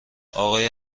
آقای